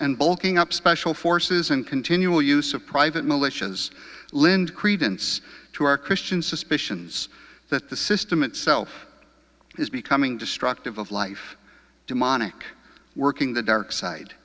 and bulking up special forces and continual use of private militias lynd credence to our christian suspicions that the system itself is becoming destructive of life demonic working the dark side